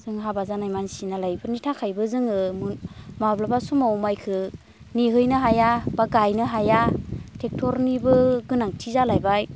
जों हाबा जानाय मानसिनालाय इफोरनि थाखायबो जोङो माब्लाबा समाव माइखो नेहैनो हाया एबा गायनो हाया ट्रेक्टरनिबो गोनांथि जालायबाय